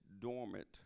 dormant